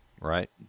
right